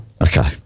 Okay